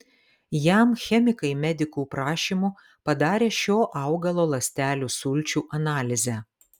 jam chemikai medikų prašymu padarė šio augalo ląstelių sulčių analizę